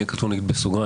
נגיד בסוגריים,